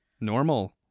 Normal